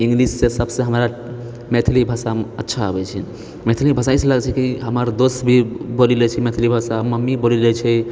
इंग्लिशसे सबसे हमरा मैथिली भाषा अच्छा आबैछे मैथिली भाषा इस वजहसँ कि हमर दोस्त भी बोलिले छै मैथिली भाषा मम्मी बोलिले छै